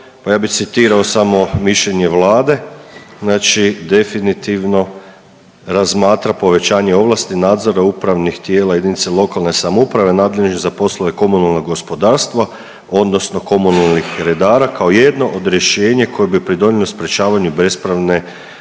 Pa ja bih citirao samo mišljenje Vlade. Znači definitivno razmatra povećanje ovlasti nadzora upravnih tijela jedinice lokalne samouprave nadležno za poslove komunalnog gospodarstva, odnosno komunalnih redara kao jedno od rješenja koje bi pridonijelo sprječavanju bespravne